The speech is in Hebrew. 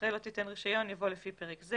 אחרי "לא תיתן רישיון" יבוא "לפי פרק זה",